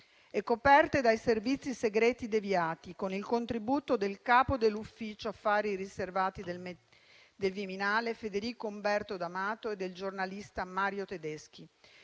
e coperte dai Servizi segreti deviati, con il contributo del capo dell'Ufficio affari riservati del Viminale Federico Umberto d'Amato e del giornalista Mario Tedeschi.